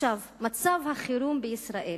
מצב החירום בישראל